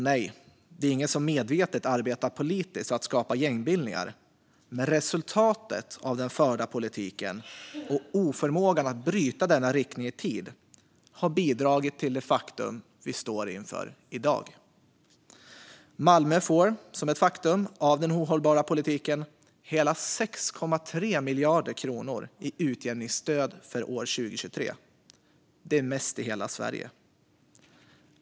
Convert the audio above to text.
Nej, det är ingen som medvetet har arbetat politiskt för att skapa gängbildningar, men resultatet av den förda politiken och oförmågan att bryta denna riktning i tid har bidragit till det faktum vi står inför i dag. Malmö får som ett faktum av den ohållbara politiken hela 6,3 miljarder kronor i utjämningsstöd för år 2023. Det är mest i hela Sverige.